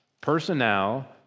personnel